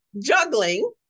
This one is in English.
juggling